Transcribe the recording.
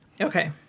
Okay